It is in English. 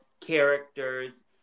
characters